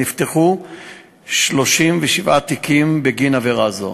נפתחו 37 תיקים בגין עבירה זו.